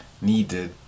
needed